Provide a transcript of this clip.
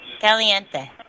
Caliente